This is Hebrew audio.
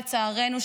לצערנו,